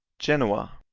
genoa.